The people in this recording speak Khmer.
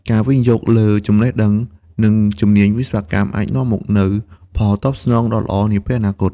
ការវិនិយោគលើចំណេះដឹង និងជំនាញវិស្វកម្មអាចនាំមកនូវផលតបស្នងដ៏ល្អនាពេលអនាគត។